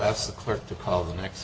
that's the clerk to call the next